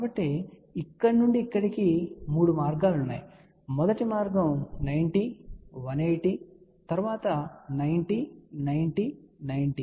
కాబట్టి ఇక్కడ నుండి ఇక్కడకు 3 మార్గాలు ఉన్నాయి కాబట్టి మొదటి మార్గం 90 180 తరువాత 90 90 90 తరువాత 90 90 90